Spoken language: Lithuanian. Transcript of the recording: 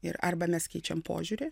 ir arba mes keičiam požiūrį